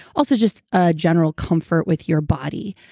also, just a general comfort with your body.